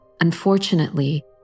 Unfortunately